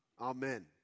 Amen